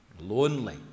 lonely